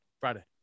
Friday